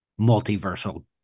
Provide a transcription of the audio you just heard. multiversal